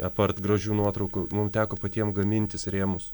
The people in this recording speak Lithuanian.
apart gražių nuotraukų mum teko patiem gamintis rėmus